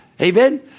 Amen